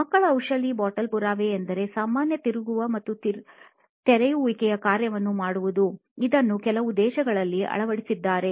ಮಕ್ಕಳ ಔಷಧಿ ಬಾಟಲ್ ಪುರಾವೆ ಅಂದರೆ ಸಾಮಾನ್ಯ ತಿರುಗುವ ಮತ್ತು ತೆರೆಯುವಿಕೆಯು ಕಾರ್ಯವನ್ನು ಮಾಡುವುದು ಇದನ್ನು ಕೆಲವು ದೇಶಗಳಲ್ಲಿ ಅಳವಡಿಸಿದ್ದಾರೆ